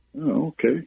Okay